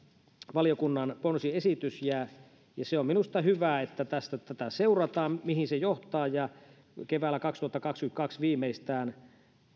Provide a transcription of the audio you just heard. valiokunnan ponsiesitys on minusta hyvä että seurataan mihin tämä johtaa keväällä kaksituhattakaksikymmentäkaksi viimeistään